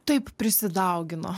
taip prisidaugino